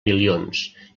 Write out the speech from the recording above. milions